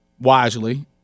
wisely